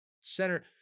center